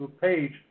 page